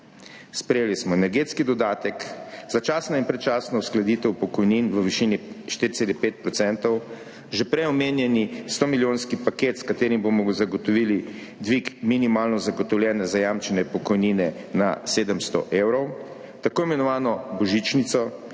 Sprejeli smo energetski dodatek, začasna in predčasna uskladitev pokojnin v višini 4,5 %, že prej omenjeni 100-milijonski paket, s katerim bomo zagotovili dvig minimalno zagotovljene zajamčene pokojnine na 700 evrov, tako imenovano božičnico,